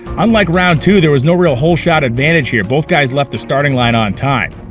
unlike round two, there was no real hole shot advantage here both guys left the starting line on time.